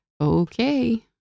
Okay